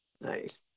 Nice